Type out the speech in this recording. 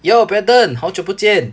yo brandon 好久不见